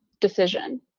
decision